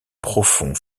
profonds